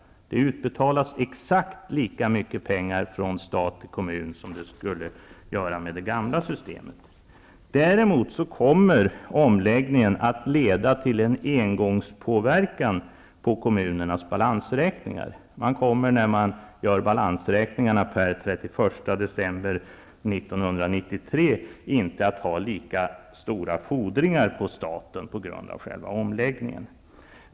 Det utbetalas exakt lika mycket pengar från stat till kommun som skulle utbetalas med det gamla systemet. Däremot kommer omläggningen att leda till en engångspåverkan på kommunernas balansräkningar. Man kommer, när man gör balansräkningarna per den 31 december 1993, inte att ha lika stora fordringar på staten på grund av själva omläggningen.